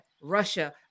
Russia